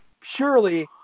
purely